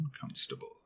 Constable